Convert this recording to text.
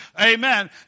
amen